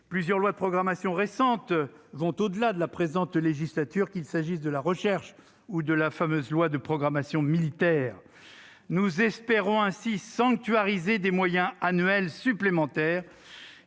plusieurs lois de programmation récentes vont au-delà de la présente législature, qu'il s'agisse de la recherche ou de la fameuse loi de programmation militaire. Nous espérons ainsi sanctuariser des moyens annuels supplémentaires,